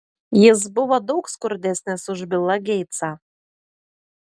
jis buvo daug skurdesnis už bilą geitsą